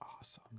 awesome